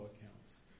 accounts